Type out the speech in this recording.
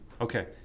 Okay